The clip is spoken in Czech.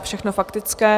Všechno faktické.